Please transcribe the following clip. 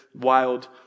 wild